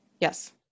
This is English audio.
Yes